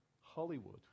Hollywood